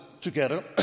together